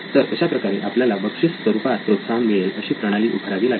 तर अशाप्रकारे आपल्याला बक्षीस स्वरूपात प्रोत्साहन मिळेल अशी प्रणाली उभारावी लागेल